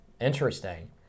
Interesting